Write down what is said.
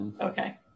Okay